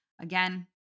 Again